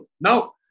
Now